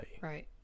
Right